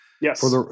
Yes